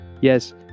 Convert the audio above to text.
yes